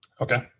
Okay